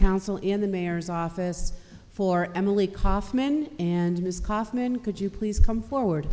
council in the mayor's office for emily kaufman and his kaufman could you please come forward